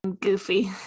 Goofy